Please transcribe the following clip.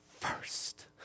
first